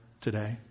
today